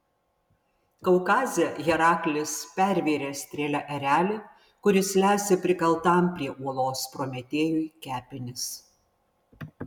kaukaze heraklis pervėrė strėle erelį kuris lesė prikaltam prie uolos prometėjui kepenis